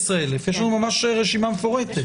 12,000. יש לנו ממש רשימה מפורטת.